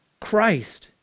Christ